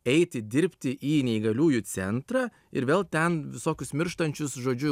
eiti dirbti į neįgaliųjų centrą ir vėl ten visokius mirštančius žodžiu